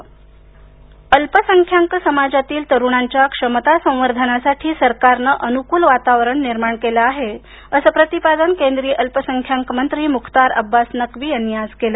मख्तार नक्वी अल्पसंख्याक समाजातील तरुणांच्या क्षमता संवर्धनासाठी सरकारने अनुकूल वातावरण निर्माण केल आहे अस प्रतिपादन केंद्रीय अल्पसंख्याक मंत्री मुख्तार अब्बास नक्वी यांनी आज केलं